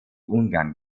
ungarn